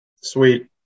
Sweet